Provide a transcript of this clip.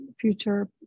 future